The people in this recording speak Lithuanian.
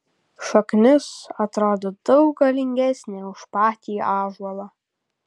šaknis atrodo daug galingesnė už patį ąžuolą